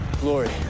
Glory